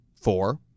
four